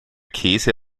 käse